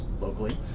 locally